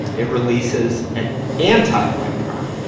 it releases an antielectron.